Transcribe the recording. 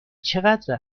چقدر